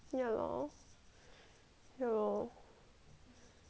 ya lor